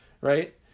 Right